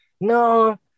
No